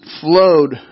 flowed